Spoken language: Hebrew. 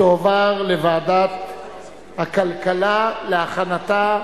לדיון מוקדם בוועדה שתקבע ועדת הכנסת נתקבלה.